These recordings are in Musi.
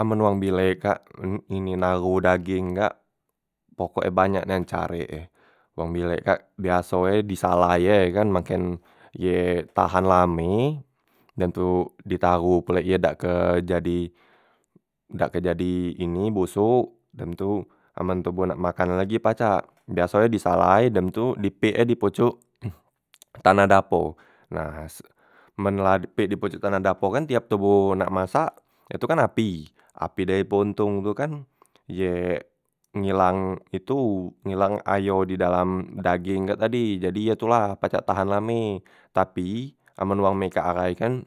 Amen wang bile kak ini naroh dageng kak pokok e banyak nian carek e. Wong bilek kak biaso e disalai ye kan maken ye tahan lame, dem tu ditaroh pulek ye dak ke jadi dak ke jadi ini bosok, dem tu amen toboh nak makan e lagi pacak, biaso e disalai dem tu di pek e di pocok tanah dapo, nah se men la di pek di pocok tanah dapo kan tiap toboh nak masak ye tu kan api, api dari pontong tu kan ye ngilang itu ngilang ayo di dalam dageng kak tadi, jadi ye tu la pacak tahan lame, tapi amen wang mekak ahai kan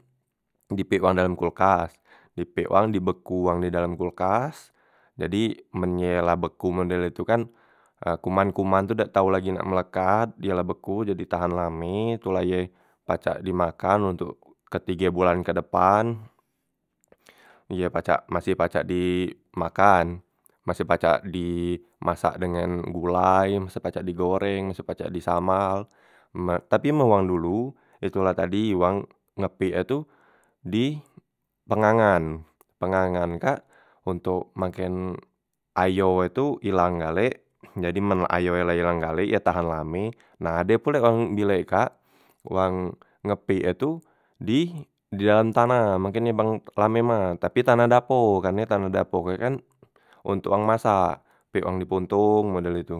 di pek wang dalam kolkas, di pek wang dibeku wang di dalam kolkas, jadi men ye la beku model itu kan kuman- kuman tu dak tau lagi nak melekat die la beku jadi tahan lame, tu la ye pacak dimakan ontok ketige bolan kedepan, ye pacak maseh pacak dimakan maseh pacak dimasak dengan gulai, maseh pacak digoreng, masek pacak di samal, me tapi men wong dulu itu la tadi wang nge pek e tu di pengangan, pengangan kak ontok maken ayo e tu ilang galek jadi la men ayo e ilang galek ye tahan lame. Nah ade pulek wang bilek kak wang nge pek e tu di di dalam tanah mungken ye bang la mema tapi tanah dapo, karne tanah dapo kak kan ontok wong masak, pek wang di pontong model itu.